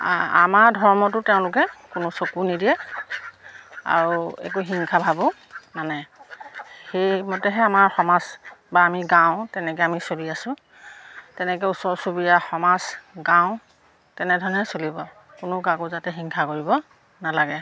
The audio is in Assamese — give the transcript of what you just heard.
আমাৰ ধৰ্মতো তেওঁলোকে কোনো চকু নিদিয়ে আৰু একো হিংসা ভাৱো মানে সেইমতেহে আমাৰ সমাজ বা আমি গাঁও তেনেকৈ আমি চলি আছোঁ তেনেকৈ ওচৰ চুবুৰীয়া সমাজ গাঁও তেনেধৰণে চলিব কোনেও কাকো যাতে হিংসা কৰিব নালাগে